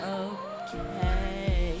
okay